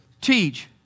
teach